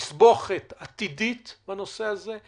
תסבוכת או את אותו אתגור עתידי בנושא הזה.